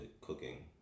cooking